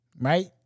Right